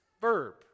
verb